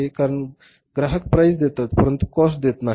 कारण ग्राहक प्राईस देतात परंतु कॉस्ट देत नाहीत